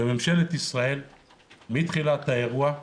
מתחילת האירוע,